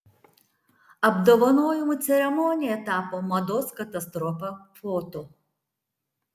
apdovanojimų ceremonija tapo mados katastrofa foto